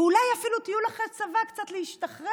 ואולי אפילו טיול אחרי צבא קצת להשתחרר,